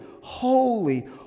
holy